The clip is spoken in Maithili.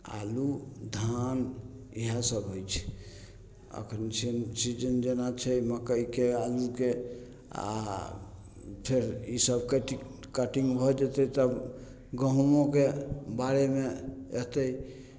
आलू धान इएह सब होइ छै एखन सीजन जेना छै मक्कइके आलूके आओर फेर ई सब कटि कटिंग भऽ जेतय तऽ गहुमोके बारेमे एतय